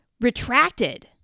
retracted